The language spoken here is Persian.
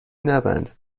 نبند